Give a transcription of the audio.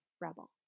Rebel